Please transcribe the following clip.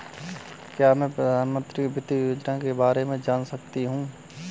क्या मैं प्रधानमंत्री वित्त योजना के बारे में जान सकती हूँ?